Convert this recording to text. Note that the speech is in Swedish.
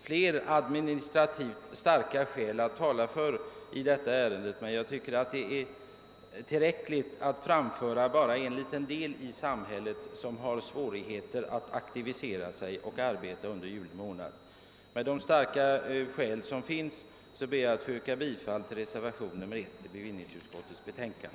flera administrativt vägande skäl att anföra i detta ärende, men jag tycker att det är tillräckligt med den motiveringen. Med de starka skäl som finns för ett vidgat dispensförfarande ber jag att få yrka bifall till reservationen 1 i bevillningsutskottets betänkande.